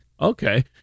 Okay